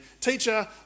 teacher